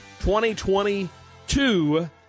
2022